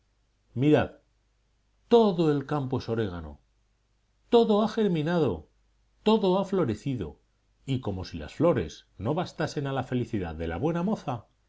mirad todo el campo es orégano todo ha germinado todo ha florecido y como si las flores no bastasen a la felicidad de la buena moza